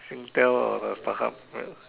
SingTel or the StarHub right